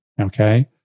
okay